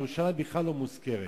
ירושלים בכלל לא מוזכרת.